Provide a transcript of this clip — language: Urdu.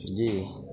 جی